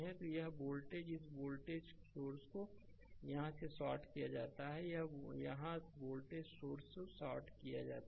तो यह वोल्टेज इस वोल्टेज सोर्स को यहाँ शॉर्ट किया जाता है यहाँ वोल्टेज सोर्स को शॉर्ट किया जाता है